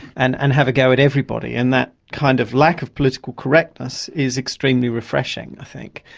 and and have a go at everybody. and that kind of lack of political correctness is extremely refreshing, i think.